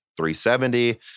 370